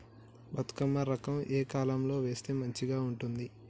బతుకమ్మ రకం ఏ కాలం లో వేస్తే మంచిగా ఉంటది?